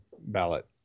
ballot